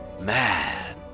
Man